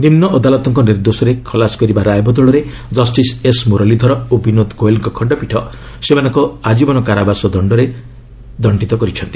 ନିମ୍ବ ଅଦାଲତଙ୍କ ନିର୍ଦ୍ଦୋଷରେ ଖଲାସ କରିବା ରାୟ ବଦଳରେ ଜଷ୍ଟିସ୍ ଏସ୍ ମୁରଲୀଧର ଓ ବିନୋଦ ଗୋଏଲଙ୍କ ଖଣ୍ଡପୀଠ ସେମାନଙ୍କ ଆଜୀବନ କାରାବାସ ଦଶ୍ଚରେ ଦଶ୍ଚିତ କରିଛନ୍ତି